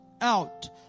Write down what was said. out